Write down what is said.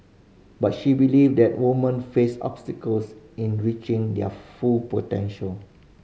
but she believe that woman face obstacles in reaching their full potential